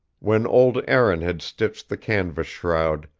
when old aaron had stitched the canvas shroud,